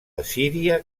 assíria